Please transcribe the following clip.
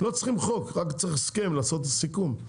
לא צריכים חוק, רק צריכים הסכם לעשות את הסיכום.